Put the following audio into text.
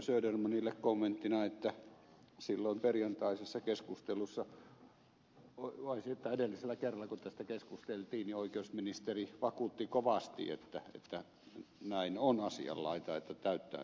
södermanille kommenttina että silloin perjantaisessa keskustelussa vai sitä edellisellä kerralla kun tästä keskusteltiin oikeusministeri vakuutti kovasti että näin on asianlaita että täyttää nuo ehdot